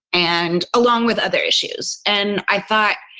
and along with other issues. and i thought,